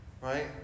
right